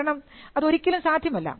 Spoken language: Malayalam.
കാരണം അത് ഒരിക്കലും സാധ്യമല്ല